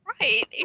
Right